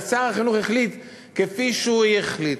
ושר החינוך החליט כפי שהוא החליט.